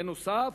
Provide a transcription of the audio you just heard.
בנוסף,